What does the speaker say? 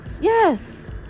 yes